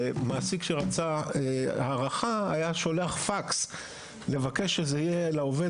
ומעסיק שרצה הארכה שלח פקס לבקשת שלעובד